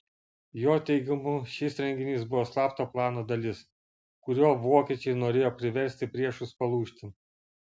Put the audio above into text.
jo teigimu šis reginys buvo slapto plano dalis kuriuo vokiečiai norėjo priversti priešus palūžti